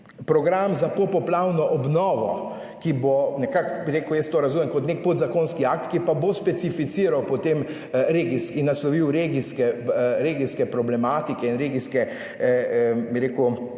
program za popoplavno obnovo, ki bo nekako, bi rekel, jaz to razumem kot nek podzakonski akt, ki pa bo specificiral potem regijski, in naslovil regijske problematike in regijske, bi rekel,